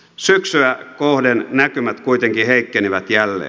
syksyä kohden näkymät kuitenkin heikkenivät jälleen